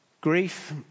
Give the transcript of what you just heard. Grief